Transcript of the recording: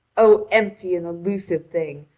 o empty and elusive thing,